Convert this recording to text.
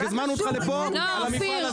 הזמנו אותך לדון במפעל הזה.